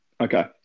Okay